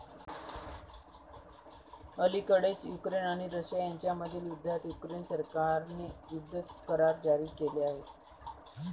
अलिकडेच युक्रेन आणि रशिया यांच्यातील युद्धात युक्रेन सरकारने युद्ध करार जारी केले आहेत